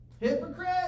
Hypocrite